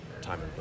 time